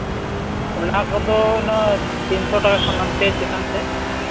ᱚᱱᱟ ᱠᱚᱫᱚ ᱩᱱᱟᱹᱜ ᱛᱤᱱᱥᱚ ᱠᱷᱚᱱ ᱦᱟᱱᱛᱮ ᱪᱮᱛᱟᱱ ᱥᱮᱫ